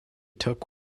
took